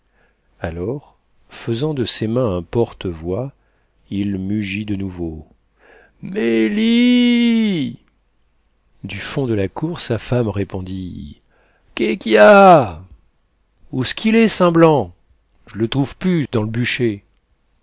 alors faisant de ses mains un porte-voix il mugit de nouveau mélie e e du fond de la cour sa femme répondit qué qu'y a ousqu'il est saint blanc je l'trouve pu dans l'bûcher